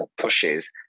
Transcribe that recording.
pushes